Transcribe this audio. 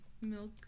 milk